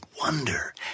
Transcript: wonder